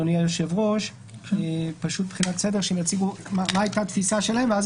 אני מציע שיציגו מה הייתה התפיסה שלהם ואז